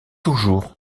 toujours